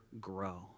grow